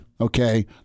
Okay